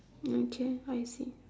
okay I see